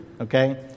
Okay